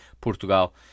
Portugal